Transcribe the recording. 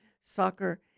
soccer